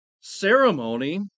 ceremony